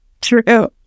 True